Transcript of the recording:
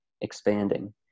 expanding